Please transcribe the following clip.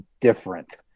different